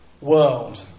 world